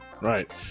Right